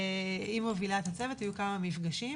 היו כמה מפגשים